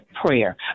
prayer